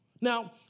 Now